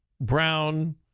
brown